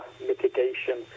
mitigation